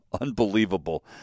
Unbelievable